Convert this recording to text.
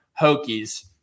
Hokies